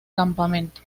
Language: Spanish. campamento